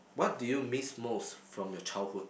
what do you miss most from your childhood